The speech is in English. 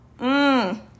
Mmm